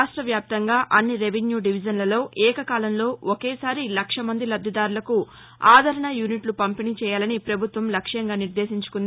రాష్ట వ్యాప్తంగా అన్ని రెవెన్యూ డివిజన్లలో ఏక కాలంలో ఒకేసారి లక్షమంది లబ్దిదారులకు ఆదరణ యూనిట్ల పంపిణీ చేయాలని ప్రభుత్వం లక్ష్యంగా నిర్టేశించుకుంది